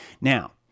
Now